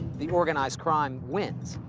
the organized crime wins.